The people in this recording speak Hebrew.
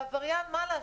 עבריין, מה לעשות,